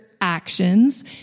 actions